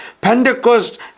Pentecost